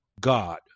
God